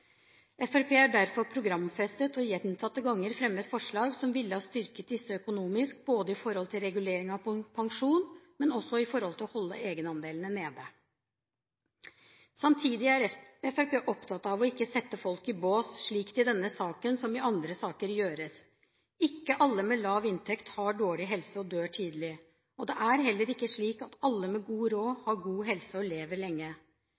Fremskrittspartiet har derfor programfestet, og gjentatte ganger fremmet, forslag som ville ha styrket disse økonomisk, med hensyn til regulering av pensjon, og også for å holde egenandelene nede. Samtidig er Fremskrittspartiet opptatt av å ikke sette folk i bås, slik det gjøres i denne saken, som i andre saker. Ikke alle med lav inntekt har dårlig helse og dør tidlig. Det er heller ikke slik at alle med god råd, har god helse og lever lenge.